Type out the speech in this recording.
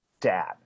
Dad